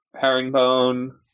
herringbone